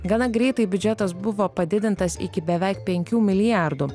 gana greitai biudžetas buvo padidintas iki beveik penkių milijardų